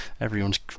everyone's